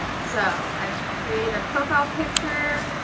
so i've created a profile picture.